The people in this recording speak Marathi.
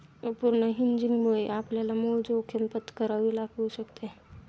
अपूर्ण हेजिंगमुळे आपल्याला मूळ जोखीम पत्करावी लागू शकते